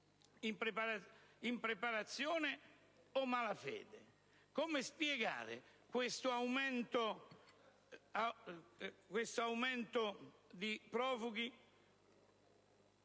Impreparazione o malafede? Come spiegare questo aumento di profughi,